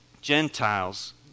Gentiles